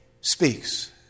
speaks